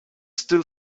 still